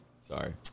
Sorry